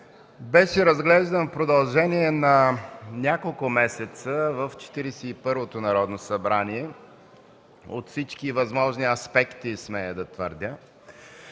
беше разглеждан в продължение на няколко месеца в Четиридесет и първото Народно събрание от всички възможни аспекти, смея да твърдя.